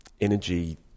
energy